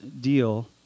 deal